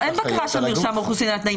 אין בקרה של מרשם האוכלוסין על התנאים.